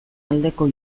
aldeko